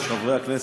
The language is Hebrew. חברי הכנסת,